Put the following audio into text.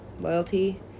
Loyalty